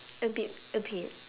a bit a bit